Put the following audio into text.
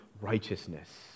righteousness